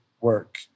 work